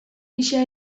gisa